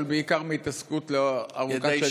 אבל בעיקר מהתעסקות ארוכת שנים.